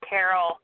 Carol